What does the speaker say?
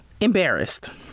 Embarrassed